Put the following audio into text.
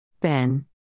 Ben